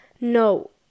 no